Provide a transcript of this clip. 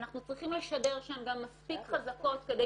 אנחנו צריכים לשדר שהן גם מספיק חזקות כדי